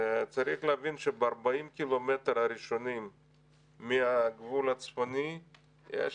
צריך להבין שב-40 קילומטר הראשונים מהגבול הצפוני יש,